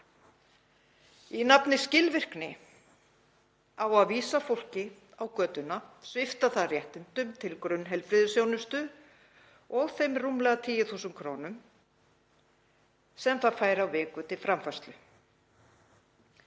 Í nafni skilvirkni á að vísa fólki á götuna, svipta það réttindum til grunnheilbrigðisþjónustu og þeim rúmlega 10.000 kr. sem það fær á viku til framfærslu.